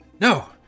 No